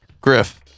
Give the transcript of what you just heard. Griff